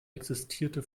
existierte